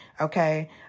Okay